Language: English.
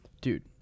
dude